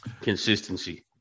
Consistency